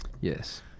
Yes